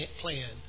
plan